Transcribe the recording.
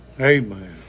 amen